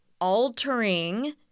altering